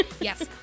Yes